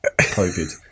COVID